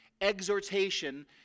exhortation